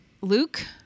luke